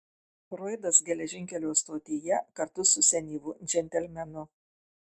froidas geležinkelio stotyje kartu su senyvu džentelmenu